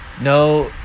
No